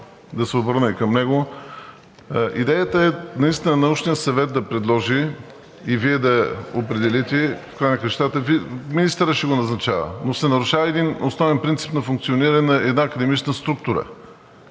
да се обърна и към него – наистина Научният съвет да предложи и Вие да го определите. В края на краищата министърът ще го назначава, но се нарушава основен принцип на функциониране на една академична структура.